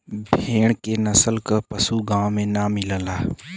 भेड़ के नस्ल क पशु गाँव में ना मिलला